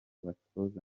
batoza